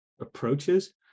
approaches